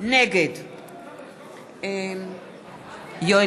נגד יואל